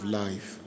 life